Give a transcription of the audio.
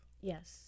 Yes